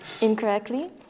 incorrectly